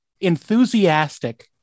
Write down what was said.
enthusiastic